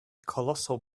colossal